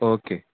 okay